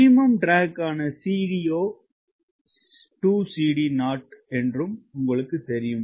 minimum ட்ரக்க்கான CD 2𝐶D0 என்றும் உங்களுக்குத் தெரியும்